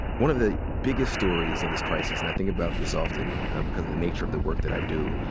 one of the biggest stories of this crisis, and i think about this often because of the nature of the work that i do,